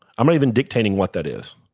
i'm not even dictating what that is,